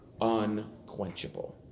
unquenchable